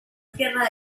tierra